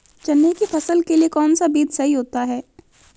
चने की फसल के लिए कौनसा बीज सही होता है?